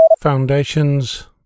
Foundations